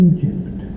Egypt